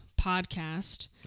podcast